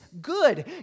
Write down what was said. Good